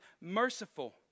merciful